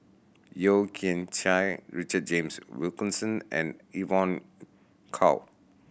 Yeo Kian Chye Richard James Wilkinson and Evon Kow